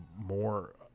more